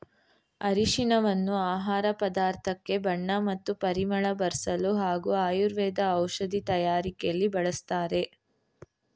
ಅರಿಶಿನವನ್ನು ಆಹಾರ ಪದಾರ್ಥಕ್ಕೆ ಬಣ್ಣ ಮತ್ತು ಪರಿಮಳ ಬರ್ಸಲು ಹಾಗೂ ಆಯುರ್ವೇದ ಔಷಧಿ ತಯಾರಕೆಲಿ ಬಳಸ್ತಾರೆ